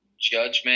judgment